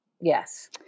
Yes